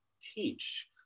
teach